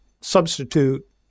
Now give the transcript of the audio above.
substitute